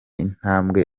intambwe